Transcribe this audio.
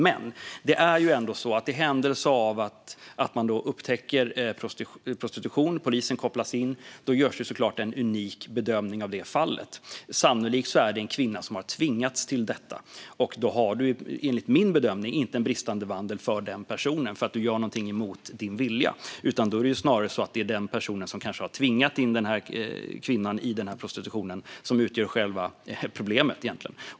Men i händelse av att man upptäcker prostitution och polisen kopplas in görs ju såklart en unik bedömning av det fallet. Sannolikt är det en kvinna som har tvingats till detta. Då är enligt min bedömning bristande vandel inte aktuellt när det gäller den personen, som då gör något mot sin vilja. Det är kanske snarare den person som har tvingat in kvinnan i prostitution som utgör själva problemet.